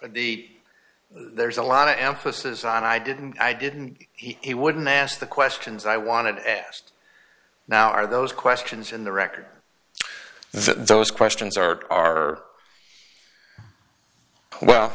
the there's a lot of emphasis on i didn't i didn't he wouldn't ask the questions i wanted asked now are those questions in the record those questions are are well